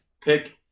pick